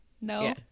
no